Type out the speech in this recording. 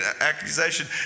accusation